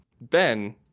Ben